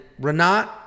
Renat